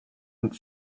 and